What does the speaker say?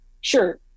sure